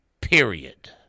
period